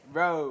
Bro